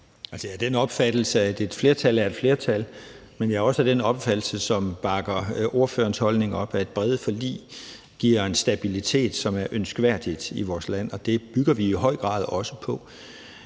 Jeg er af den opfattelse, at et flertal er et flertal, men jeg er også af den opfattelse, og det bakker ordførerens holdning op, at brede forlig giver en stabilitet, som er ønskværdig i vores land, og det bygger vi i høj grad også på.